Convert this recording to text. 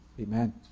Amen